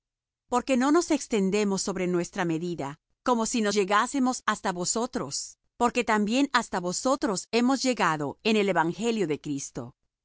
porque no nos extendemos sobre nuestra medida como si no llegásemos hasta vosotros porque también hasta vosotros hemos llegado en el evangelio de cristo